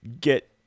get